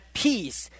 peace